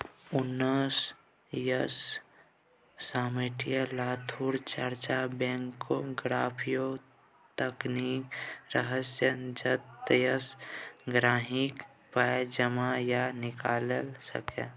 उन्नैस सय साठिमे लुथर जार्ज बैंकोग्राफकेँ तकने रहय जतयसँ गांहिकी पाइ जमा या निकालि सकै